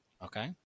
Okay